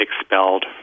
expelled